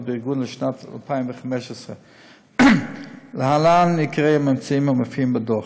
בארגון לשנת 2015. להלן עיקרי הממצאים המופיעים בדוח: